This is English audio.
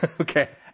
Okay